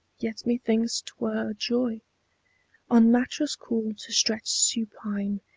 yet methinks t were joy on mattress cool to stretch supine.